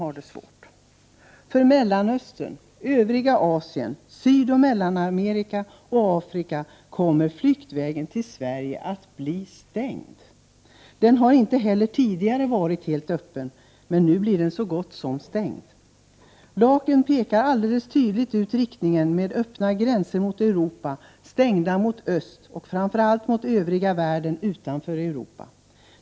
För människor från Mellanöstern, övriga Asien, Sydoch Mellanamerika och Afrika kommer flyktvägen till Sverige att bli stängd. Den har inte heller tidigare varit helt öppen, men nu blir den så gott som stängd. I lagen pekas riktningen alldeles tydligt ut — öppna gränser mot Europa, stängda mot öst och framför allt mot den övriga världen utanför Europa.